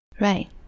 Right